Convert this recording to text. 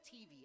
TV